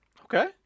Okay